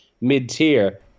mid-tier